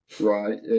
right